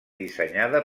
dissenyada